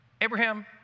Abraham